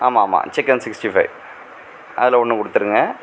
ஆமாம் ஆமாம் chicken sixty five அதில் ஒன்று கொடுத்துருங்க